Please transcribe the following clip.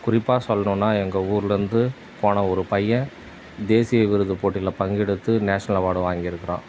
குறிப்பாக சொல்லணுன்னா எங்கள் ஊரிலேருந்து போன ஒரு பையன் தேசிய விருது போட்டியில் பங்கெடுத்து நேஷ்னல் அவார்டு வாங்கியிருக்கறான்